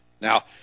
now